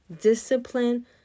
Discipline